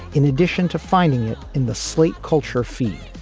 in addition to finding it in the slate culture feed.